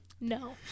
No